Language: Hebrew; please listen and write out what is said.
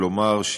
לומר,